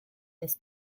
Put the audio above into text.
this